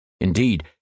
Indeed